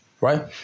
right